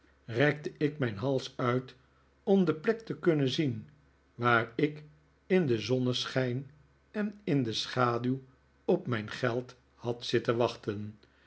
rekte ik mijn hals uit om de plek te kunnen zien waar ik in den zonneschijn en in de schaduw op mijn geld had zitten wachten